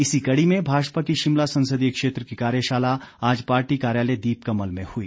इसी कड़ी में भाजपा ने शिमला संसदीय क्षेत्र की कार्यशाला आज पार्टी कार्यालय दीप कमल में हुई